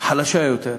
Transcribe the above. חלשה יותר.